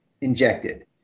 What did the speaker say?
injected